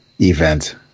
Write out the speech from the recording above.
event